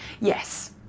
Yes